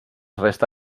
resta